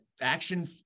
action